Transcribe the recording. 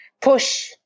push